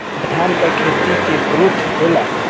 धान का खेती के ग्रोथ होला?